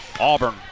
Auburn